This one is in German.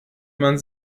man